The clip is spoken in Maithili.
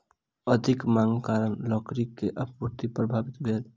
अधिक मांगक कारण लकड़ी के आपूर्ति प्रभावित भेल